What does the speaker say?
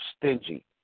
stingy